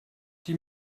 die